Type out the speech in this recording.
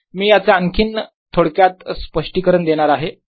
ds0qenclosed0 or qenclosed0 मी याचे आणखीन थोडक्यात स्पष्टीकरण देणार आहे